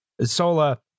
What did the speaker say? Sola